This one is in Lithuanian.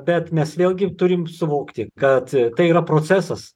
bet mes vėlgi turim suvokti kad tai yra procesas